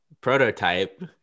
prototype